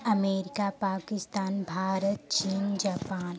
America Pakistan Bharat चीन Japan